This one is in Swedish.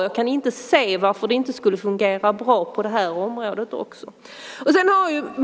Jag kan inte se varför det inte skulle fungera bra på det här området också.